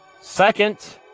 Second